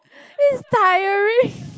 is tiring